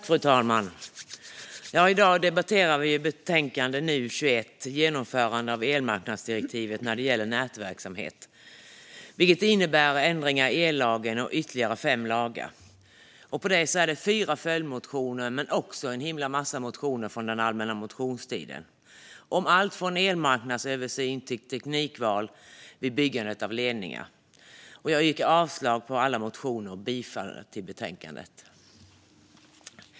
Fru talman! I dag debatterar vi betänkande NU21 Genomförande av elmarknadsdirektivet när det gäller nätverksamhet , som innebär ändringar i ellagen och ytterligare fem lagar. Dessutom finns fyra följdmotioner men också en himla massa motioner från den allmänna motionstiden om allt från elmarknadsöversyn till teknikval vid byggande av ledningar. Jag yrkar avslag på alla motioner och bifall till utskottets förslag i betänkandet.